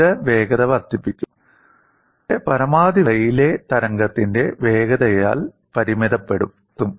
ഇത് വേഗത വർദ്ധിപ്പിക്കും പക്ഷേ പരമാവധി വേഗത റെയ്ലെയ് തരംഗ വേഗതയാൽ പരിമിതപ്പെടുത്തും